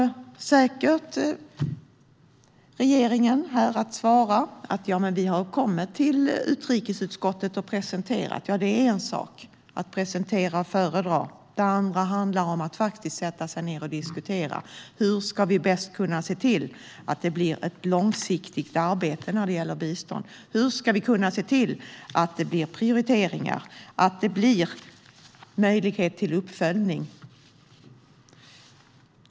Regeringen kommer säkert att svara att man har kommit till utrikesutskottet och presenterat saker och ting. Men det är en sak att presentera och föredra och någonting annat att faktiskt sätta sig ned och diskutera. Hur ska vi bäst kunna se till att biståndsarbetet blir långsiktigt? Hur ska vi kunna se till att det görs prioriteringar och att det skapas möjligheter till uppföljning?